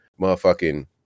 motherfucking